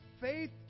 faith